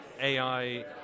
AI